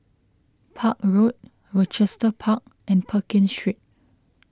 Park Road Rochester Park and Pekin Street